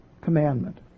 commandment